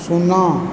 शुन्ना